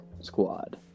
squad